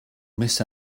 miss